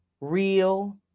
real